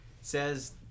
says